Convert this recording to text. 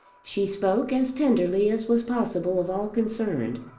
she spoke as tenderly as was possible of all concerned,